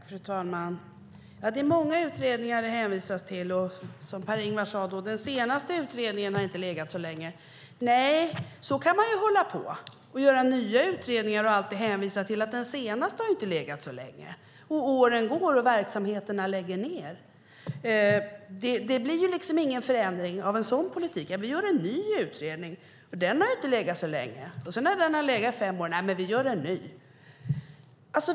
Fru talman! Det är många utredningar det hänvisas till. Per-Ingvar sade att den senaste utredningen inte hade legat så länge. Så kan man ju hålla på - att göra nya utredningar hela tiden och alltid hänvisa till att den senaste ju inte har legat så länge. Och åren går och verksamheterna läggs ned. Det blir ingen förändring av en sådan politik. Först gör man en utredning och säger att den inte har legat så länge. Sedan, när den har legat i fem år, gör man en ny!